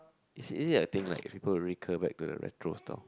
is it is it a thing like people recur back to the retro style